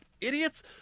idiots